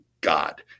god